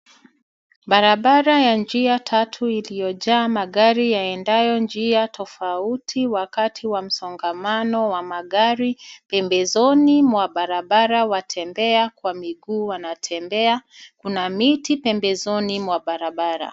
Barabara ya njia tatu iliyojaa magari yaendayo njia tofauti wakati wa msongamano wa magari pembezoni mwa barabara watembea kwa miguu wanatembea. kuna miti pembezoni mwa barabara.